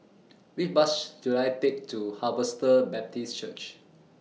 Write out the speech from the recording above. Which Bus should I Take to Harvester Baptist Church